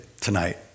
tonight